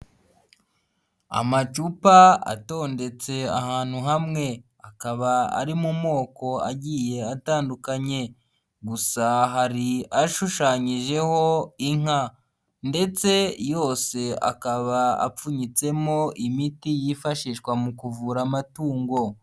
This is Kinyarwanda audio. Amacupa atondetse ahantu hamwe, akaba ari mu moko agiye atandukanye, gusa hari ashushanyijeho inka ndetse yose akaba apfunyitsemo imiti yifashishwa mu kuvura amatungo.